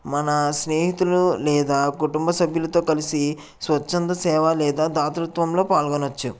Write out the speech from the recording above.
మన స్నేహితులు లేదా కుటుంబ సభ్యులతో కలిసి స్వచ్ఛంద సేవ లేదా దాతృత్వంలో పాల్గొనవచ్చు